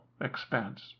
expense